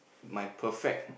my perfect